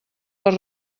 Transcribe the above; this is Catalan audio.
les